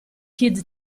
kid